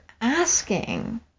asking